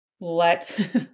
let